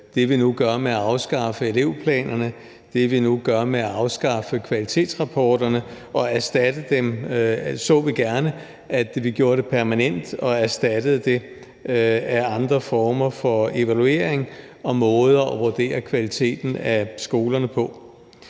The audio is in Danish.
det, vi nu gør med at afskaffe elevplanerne, og det, vi nu gør med at afskaffe kvalitetsrapporterne og erstatte dem, at vi gjorde det permanent og erstattede det med andre former for evaluering og måder at vurdere kvaliteten af skolerne på.